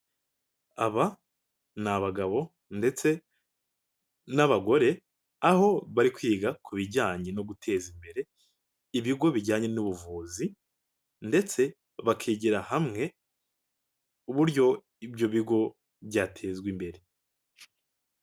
Aba ni abagabo ndetse n'abagore aho bari kwiga ku bijyanye no guteza imbere ibigo bijyanye n'ubuvuzi ndetse bakigira hamwe uburyo ibyo bigo byatezwa imbere.